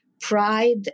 pride